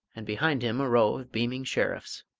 and behind him a row of beaming sheriffs.